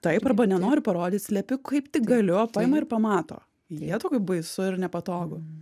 taip arba nenoriu parodyt slepiu kaip tik galiu o paima ir pamato jėtau kaip baisu ir nepatogu